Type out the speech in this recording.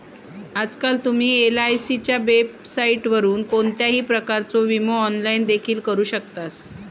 आजकाल तुम्ही एलआयसीच्या वेबसाइटवरून कोणत्याही प्रकारचो विमो ऑनलाइन देखील करू शकतास